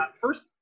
first